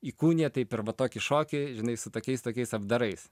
įkūnija taip arba tokį šokį žinai su tokiais tokiais apdarais